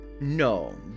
No